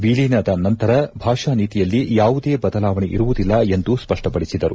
ವಿಲೀನದ ನಂತರ ಭಾಷಾನೀತಿಯಲ್ಲಿ ಯಾವುದೇ ಬದಲಾವಣೆ ಇರುವುದಿಲ್ಲ ಎಂದು ಸ್ಪಪ್ಪಪಡಿಸಿದರು